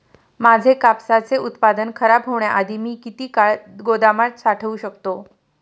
माझे कापसाचे उत्पादन खराब होण्याआधी मी किती काळ गोदामात साठवू शकतो?